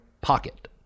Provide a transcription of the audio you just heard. pocket